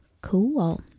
Cool